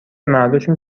مرداشون